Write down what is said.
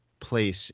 place